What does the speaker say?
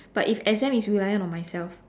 but if exam is reliant on myself